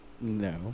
No